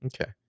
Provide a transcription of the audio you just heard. Okay